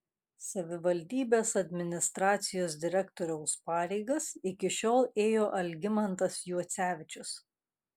savivaldybės administracijos direktoriaus pareigas iki šiol ėjo algimantas juocevičius